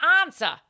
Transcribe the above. answer